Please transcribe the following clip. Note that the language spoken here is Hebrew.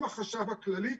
עם החשב הכללי,